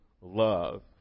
love